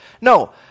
No